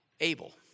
able